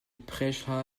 prêcha